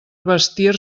vestir